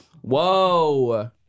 Whoa